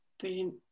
Brilliant